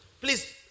Please